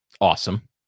awesome